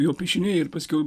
jo piešiniai ir paskiau